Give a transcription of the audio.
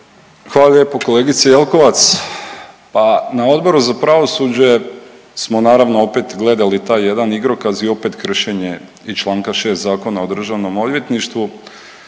Hvala lijepo kolegice Jelkovac. Pa na Odboru za pravosuđe smo naravno opet gledali taj jedan igrokaz i opet kršenje i čl. 6 Zakona o državnom odvjetništvu.